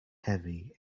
heavy